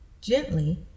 Gently